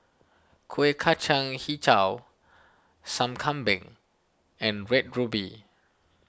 Kueh Kacang HiJau Sup Kambing and Red Ruby